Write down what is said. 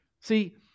See